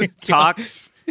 talks